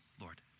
Lord